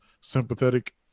sympathetic